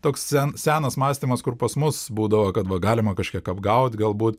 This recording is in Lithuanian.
toks senas mąstymas kur pas mus būdavo kad va galima kažkiek apgaut galbūt